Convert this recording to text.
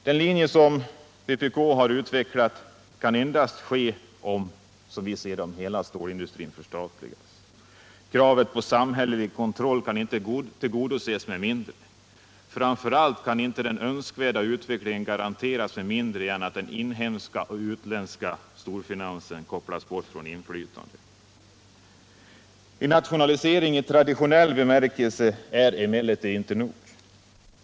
Den linje som vpk har utvecklat kan endast förverkligas, som vi ser det, om hela stålindustrin förstatligas. Kravet på samhällelig kontroll kan inte tillgodoses med mindre. Framför allt kan inte den önskvärda utvecklingen garanteras med mindre än att den inhemska och utländska storfinansen kopplas bort från inflytande. En nationalisering i traditionell bemärkelse är emellertid inte nog.